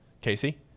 Casey